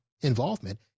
involvement